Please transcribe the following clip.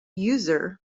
user